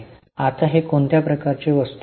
आता हे कोणत्या प्रकारचे वस्तू आहे